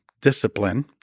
discipline